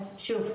אז שוב,